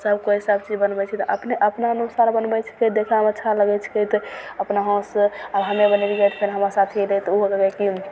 सभकोइ सभचीज बनबय छी तऽ अपने अपने अनुसार बनबय छिकै देखयमे अच्छा लगय छिकै तऽ अपना हाथसँ आब हमे बनेलियै तऽ फेर हमरा साथी रहय तऽ उहो बनेलखिन